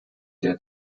der